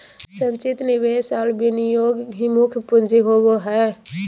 संचित निवेश और विनियोग ही मुख्य पूँजी होबो हइ